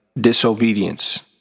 disobedience